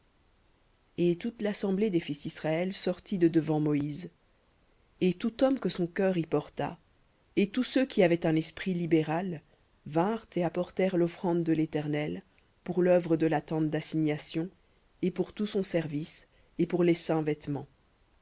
et toute l'assemblée des fils d'israël sortit de devant moïse et tout homme que son cœur y porta et tous ceux qui avaient un esprit libéral vinrent et apportèrent l'offrande de l'éternel pour l'œuvre de la tente d'assignation et pour tout son service et pour les saints vêtements